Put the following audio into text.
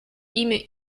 имя